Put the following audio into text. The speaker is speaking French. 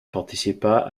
participa